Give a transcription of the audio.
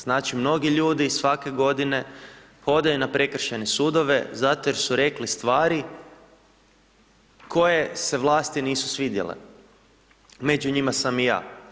Znači mnogi ljudi, svake godine, hodaju na prekršajne sudove zato jer su rekli stvari koje se vlasti nisu svidjele, među njima sam i ja.